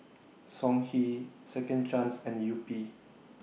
Songhe Second Chance and Yupi